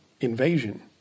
invasion